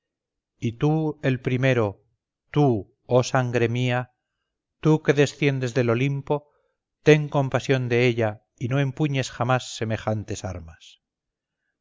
y tú el primero tú oh sangre mía tú que desciendes del olimpo ten compasión de ella y no empuñes jamás semejantes armas